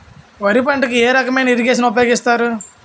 వరి పంటకు ఏ రకమైన ఇరగేషన్ ఉపయోగిస్తారు?